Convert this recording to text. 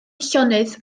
llonydd